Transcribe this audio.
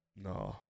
No